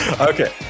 Okay